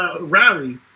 rally